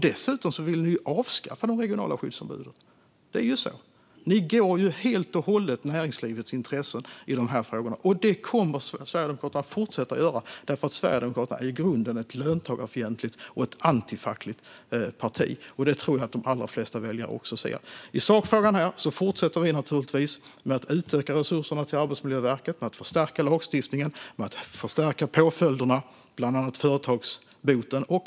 Dessutom ville ni avskaffa de regionala skyddsombuden. Det är ju så. Ni är helt och hållet för näringslivets intressen i de här frågorna. Det kommer Sverigedemokraterna att fortsätta att vara. Sverigedemokraterna är i grunden ett löntagarfientligt och antifackligt parti. Det tror jag att de allra flesta väljare också ser. När det gäller sakfrågan fortsätter vi naturligtvis med att utöka resurserna till Arbetsmiljöverket, att förstärka lagstiftningen och att öka påföljderna, bland annat företagsboten.